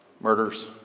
murders